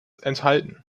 enthalten